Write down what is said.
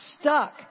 stuck